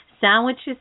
sandwiches